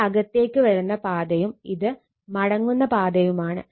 ഇത് അകത്തേക്ക് വരുന്ന പാതയും ഇത് മടങ്ങുന്ന പാതയുമാണ്